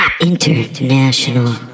International